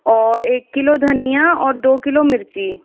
और एक किलो धनिया और दो किलो मिर्ची